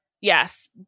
Yes